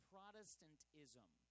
Protestantism